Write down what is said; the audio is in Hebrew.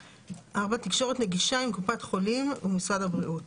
תקשורת נגישה עם קופת החולים ומשרד הבריאות